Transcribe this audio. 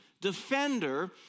defender